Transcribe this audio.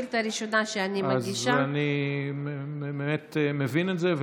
והחלחולת, באמצעות